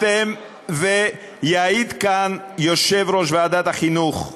בית-המשפט, יעיד כאן יושב-ראש ועדת החינוך,